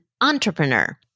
entrepreneur